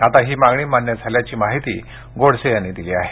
आता ही मागणी मान्य झाल्याची माहिती गोडसे यांनी दिली आहे